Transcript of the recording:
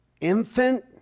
infant